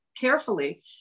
carefully